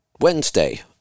Wednesday